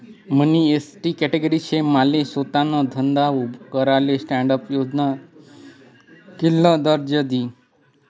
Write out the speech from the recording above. मनी ST category शे माले सोताना धंदा उभा कराले स्टॅण्डअप योजना कित्ल कर्ज दी?